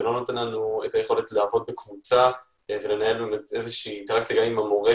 זה לא נותן לנו את היכולת לעבוד בקבוצה ולנהל אינטראקציה גם עם המורה,